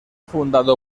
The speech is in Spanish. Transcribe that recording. fundado